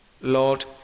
Lord